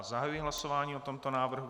Zahajuji hlasování o tomto návrhu.